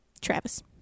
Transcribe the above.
Travis